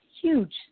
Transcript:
huge